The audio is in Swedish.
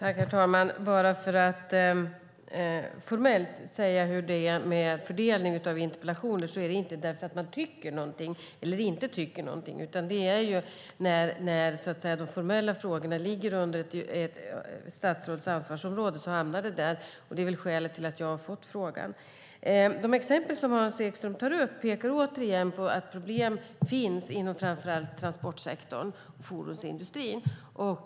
Herr talman! Formellt när det gäller fördelningen av interpellationer handlar det inte om att man tycker eller inte tycker någonting, utan när de formella frågorna ligger under ett statsråds ansvarsområde så hamnar interpellationen där. Det är skälet till att jag har fått frågan. De exempel som Hans Ekström tar upp pekar återigen på att problem finns inom framför allt transportsektorn och fordonsindustrin.